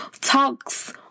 talks